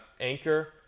Anchor